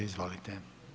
Izvolite.